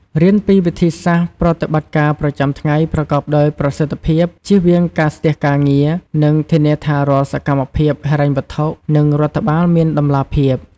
រៀនពីវិធីសាស្ត្រប្រតិបត្តិការប្រចាំថ្ងៃប្រកបដោយប្រសិទ្ធភាព ជៀសវាងការស្ទះការងារ និងធានាថារាល់សកម្មភាពហិរញ្ញវត្ថុ និងរដ្ឋបាលមានតម្លាភាព។